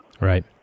Right